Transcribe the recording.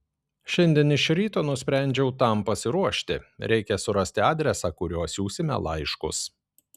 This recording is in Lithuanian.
šiandien iš ryto nusprendžiau tam pasiruošti reikia surasti adresą kuriuo siųsime laiškus